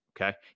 okay